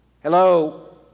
Hello